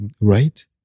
Right